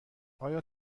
آیا